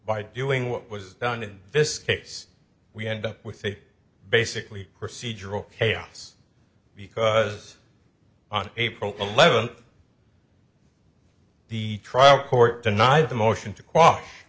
by doing what was done in this case we end up with a basically procedural chaos because on april eleventh the trial court denied the motion to